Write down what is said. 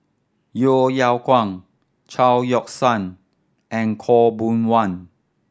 Yeo Yeow Kwang Chao Yoke San and Khaw Boon Wan